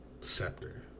scepter